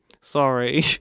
Sorry